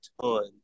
ton